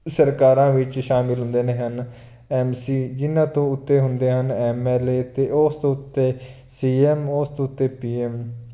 ਸਰਕਾਰਾਂ ਵਿੱਚ ਸ਼ਾਮਿਲ ਹੁੰਦੇ ਨੇ ਹਨ ਐਮ ਸੀ ਜਿਨ੍ਹਾਂ ਤੋਂ ਉੱਤੇ ਹੁੰਦੇ ਹਨ ਐਮ ਐਲ ਏ ਅਤੇ ਉਸ ਤੋਂ ਉੱਤੇ ਸੀ ਐਮ ਉਸ ਉੱਤੇ ਪੀ ਐਮ